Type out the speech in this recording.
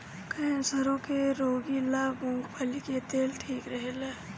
कैंसरो के रोगी ला मूंगफली के तेल ठीक रहेला